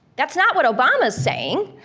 that's not what obama's saying.